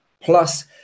plus